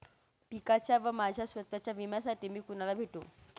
पिकाच्या व माझ्या स्वत:च्या विम्यासाठी मी कुणाला भेटू?